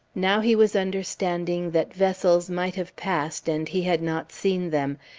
now he was understanding that vessels might have passed and he had not seen them,